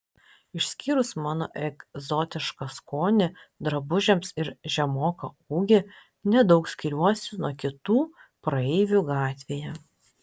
išskyrus mano egzotišką skonį drabužiams ir žemoką ūgį nedaug skiriuosi nuo kitų praeivių gatvėje